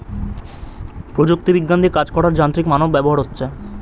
প্রযুক্তি বিজ্ঞান দিয়ে কাজ করার যান্ত্রিক মানব ব্যবহার হচ্ছে